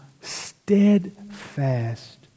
steadfast